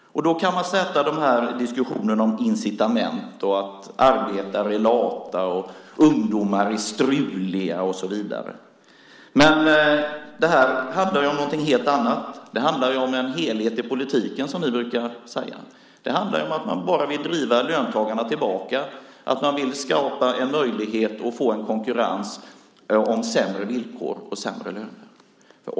Man kan se diskussionen om incitament, att arbetare är lata, att ungdomar är struliga och så vidare. Men det här handlar om någonting helt annat. Det handlar om en helhet i politiken, som ni brukar säga. Det handlar bara om att man vill driva löntagarna tillbaka och skapa en möjlighet att få en konkurrens med sämre villkor och sämre löner.